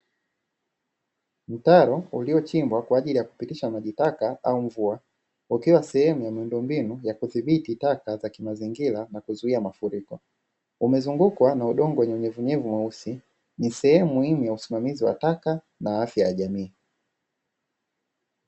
Mtalo uliochimbwa kwa ajili ya kupitisha maji taka au mvua ukiwa sehemu ya miundombinu ya kudhibiti taka za kimazingira na kuuzia mafuriko. Umezungukwa na udongo wenye unyevunyevu mweusi. Ni sehemu muhimu ya usimamizi wa taka na afya ya jamii.